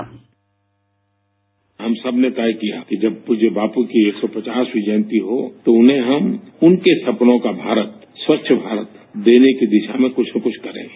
bite हम सब ने तय किया है कि जब पूज्य बापू की एक सौ पचासवीं जयंती हो तो उन्हें हम उनके सपनों का भारत स्वच्छ भारत देने की दिशा में कुछ न कुछ करेंगे